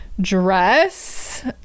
dress